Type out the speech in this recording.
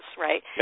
right